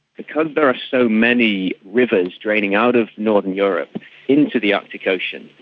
because there are so many rivers draining out of northern europe into the arctic ocean,